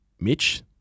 Mitch